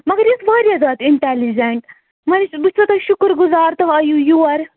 مگر ییٚتہِ واریاہ زیادٕ اِنٹیلِجَنٛٹ وۄنۍ وٕچھو تۄہہِ شُکُر گُزار تُہۍ آیِو یور